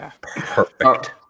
perfect